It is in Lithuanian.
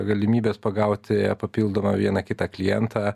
galimybės pagauti papildomą vieną kitą klientą